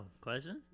questions